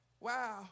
wow